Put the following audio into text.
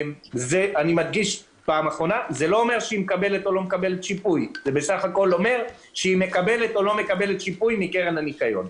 זה לא אומר שהיא לא מקבלת שיפוי אלא שהיא לא מקבלת אותו מהקרן לניקיון.